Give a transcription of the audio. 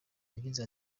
yagize